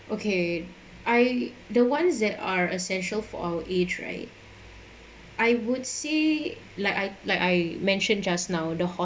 okay I the ones that are essential for our age right I would say like I like I mentioned just now the ho~